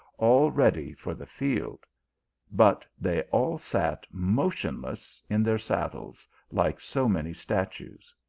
all ready for the field but they all sat motionless in their saddles like so many statues.